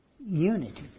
unity